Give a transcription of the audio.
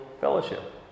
fellowship